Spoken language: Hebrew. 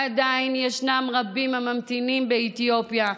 עדיין ישנם רבים הממתינים באתיופיה,